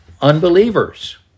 unbelievers